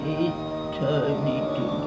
eternity